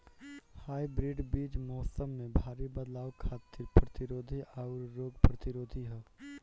hybrid बीज मौसम में भारी बदलाव खातिर प्रतिरोधी आउर रोग प्रतिरोधी ह